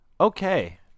Okay